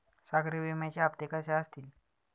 सागरी विम्याचे हप्ते कसे असतील?